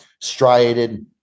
striated